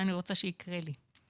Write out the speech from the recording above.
שאני רוצה שיקרה לי.